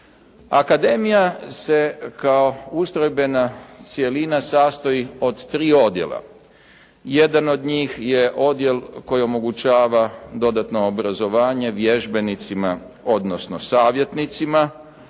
Akademija se kao ustrojbena cjelina sastoji od tri odjela. Jedan od njih je odjel koji omogućava dodatno obrazovanje vježbenicima, odnosno savjetnicima,